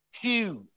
huge